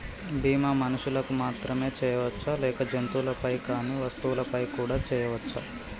బీమా మనుషులకు మాత్రమే చెయ్యవచ్చా లేక జంతువులపై కానీ వస్తువులపై కూడా చేయ వచ్చా?